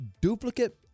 duplicate